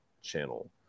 channel